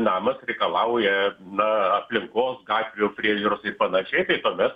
namas reikalauja na aplinkos gatvių priežiūros ir panašiai tai tada